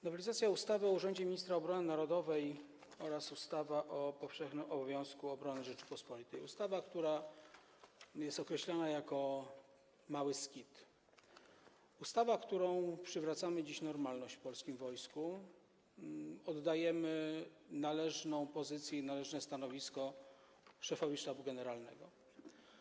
Nowelizacja ustawy o urzędzie Ministra Obrony Narodowej oraz ustawy o powszechnym obowiązku obrony Rzeczypospolitej Polskiej to nowelizacja, która jest określana jako mały SKiD, którą przywracamy dziś normalność w polskim wojsku, oddajemy należną pozycję i należne stanowisko szefowi Sztabu Generalnego.